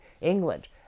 England